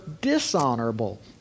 dishonorable